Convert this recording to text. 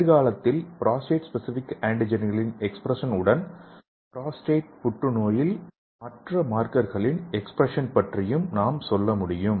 எதிர்காலத்தில் prostate specific ஆன்டிஜெனின் expression உடன் புரோஸ்டேட் புற்றுநோயில் மற்ற மார்க்கர்களின் எக்ஸ்பிரஷன் பற்றியும் நாம் சொல்ல முடியும்